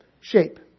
shape